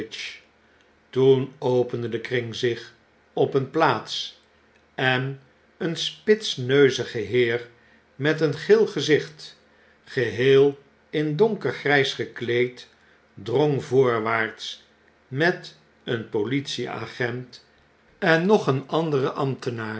toen opende de kring zich op een plaats en een spitsneuzige heer met een geel gezicht geheel in donkergrys gekleed drong voorwaarts met een politie agent en nog een anderen ambtenaar